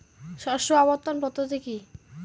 শস্য আবর্তন পদ্ধতি কি?